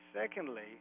Secondly